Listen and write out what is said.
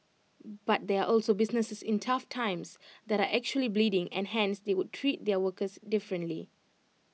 but there are also businesses in tough times that are actually bleeding and hence they would treat their workers differently